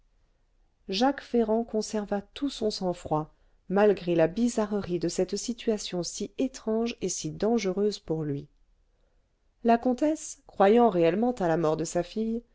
jacques ferrand conserva tout son sang-froid malgré la bizarrerie de cette situation si étrange et si dangereuse pour lui la comtesse croyant réellement à la mort de sa fille